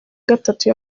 gatatu